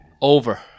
Over